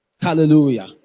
Hallelujah